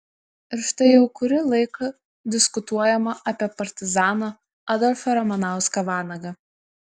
ir štai jau kurį laiką diskutuojama apie partizaną adolfą ramanauską vanagą